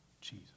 Jesus